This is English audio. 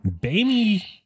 Baby